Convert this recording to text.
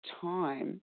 time